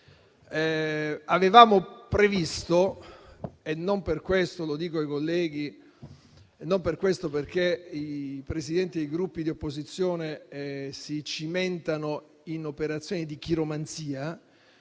avevamo previsto e non perché i Presidenti dei Gruppi di opposizione si cimentino in operazioni di chiromanzia,